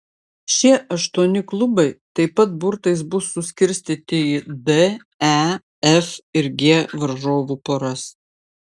šie aštuoni klubai taip pat burtais bus suskirstyti į d e f ir g varžovų poras